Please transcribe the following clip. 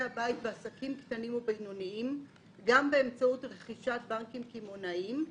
הבית ועסקים קטנים ובינוניים באמצעות רכישת בנקים קמעונאיים,